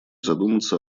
задуматься